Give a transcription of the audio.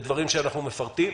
ועוד דברים שאנחנו מפרטים.